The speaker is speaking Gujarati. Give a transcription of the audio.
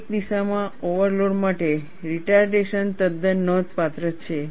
એક દિશામાં ઓવરલોડ માટે રિટારડેશન તદ્દન નોંધપાત્ર છે